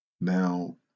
now